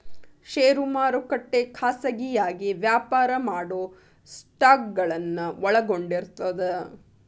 ಷೇರು ಮಾರುಕಟ್ಟೆ ಖಾಸಗಿಯಾಗಿ ವ್ಯಾಪಾರ ಮಾಡೊ ಸ್ಟಾಕ್ಗಳನ್ನ ಒಳಗೊಂಡಿರ್ತದ